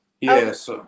Yes